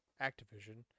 Activision